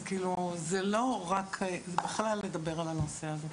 אז, כאילו לא רק, זה בכלל לדבר על הנושא הזה.